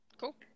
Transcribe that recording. Cool